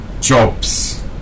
jobs